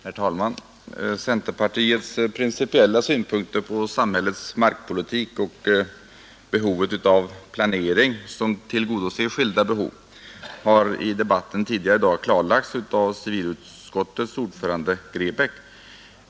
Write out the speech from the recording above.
Herr talman! Centerpartiets principiella synpunkter på samhällets markpolitik och behovet av planering, som tillgodoser skilda behov, har i debatten tidigare klarlagts av civilutskottets ordförande herr Grebäck.